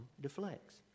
deflects